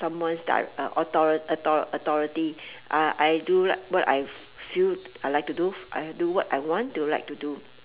someone's direc~ uh author~ author~ authority uh I do like what I f~ feel I like to do I do what I want to like to do